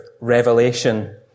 Revelation